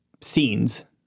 scenes